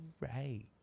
right